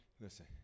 Listen